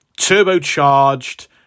turbocharged